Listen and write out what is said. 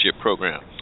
program